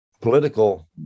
political